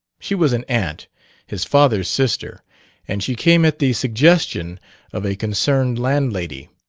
she was an aunt his father's sister and she came at the suggestion of a concerned landlady.